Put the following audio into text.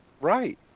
Right